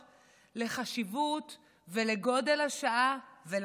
לחשיבות ולגודל השעה ולרפורמה.